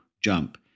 jump